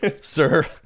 sir